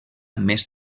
més